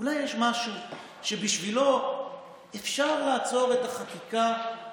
אולי יש משהו שבשבילו אפשר לעצור את החקיקה,